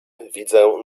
widzę